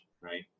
right